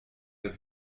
ihr